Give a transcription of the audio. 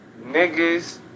niggas